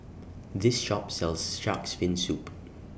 This Shop sells Shark's Fin Soup